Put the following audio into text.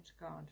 God